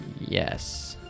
Yes